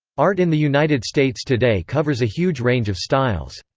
art in the united states today covers a huge range of styles.